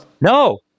No